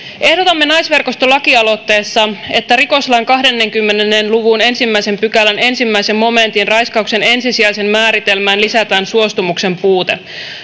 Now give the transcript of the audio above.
ehdotamme naisverkoston lakialoitteessa että rikoslain kahdenkymmenen luvun ensimmäisen pykälän ensimmäisen momentin raiskauksen ensisijaiseen määritelmään lisätään suostumuksen puute